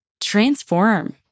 transform